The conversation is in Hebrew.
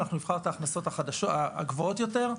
אנחנו נבחר את ההכנסות הגבוהות יותר,